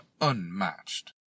unmatched